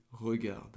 regarde